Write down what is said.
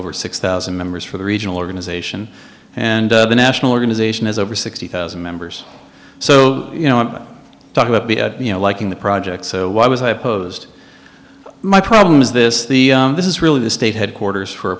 over six thousand members for the regional organization and the national organization is over sixty thousand members so you know i talk about you know liking the project so why was i opposed my problem is this the this is really the state headquarters for a